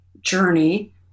journey